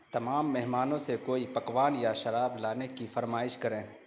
تمام مہمانوں سے کوئی پکوان یا شراب لانے کی فرمائش کریں